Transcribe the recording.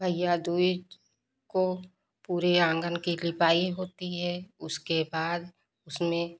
भैया दूज को पूरी आँगन की लिपाई होती है उसके बाद उसमें